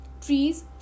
Trees